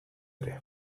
ere